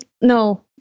no